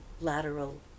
lateral